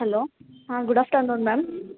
hello ಹಾಂ good afternoon ma'am